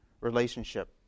relationship